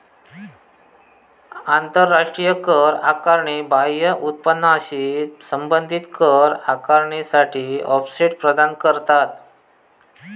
आंतराष्ट्रीय कर आकारणी बाह्य उत्पन्नाशी संबंधित कर आकारणीसाठी ऑफसेट प्रदान करता